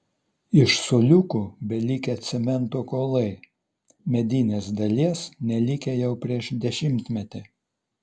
iš suoliukų belikę cemento kuolai medinės dalies nelikę jau prieš dešimtmetį